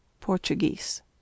Portuguese